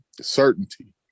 certainty